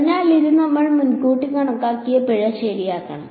അതിനാൽ ഇത് നമ്മൾ മുൻകൂട്ടി കണക്കാക്കിയ പിഴ ശരിയാക്കണം